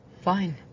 Fine